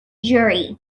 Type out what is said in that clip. jury